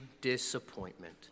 disappointment